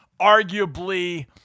arguably